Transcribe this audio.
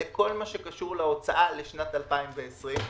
לכל מה שקשור להוצאה לשנת 2020,